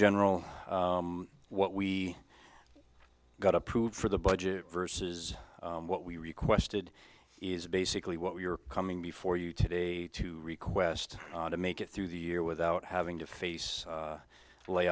general what we got approved for the budget versus what we requested is basically what we're coming before you today to request to make it through the year without having to face